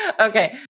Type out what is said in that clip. Okay